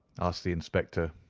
asked the inspector.